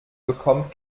bekommt